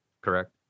correct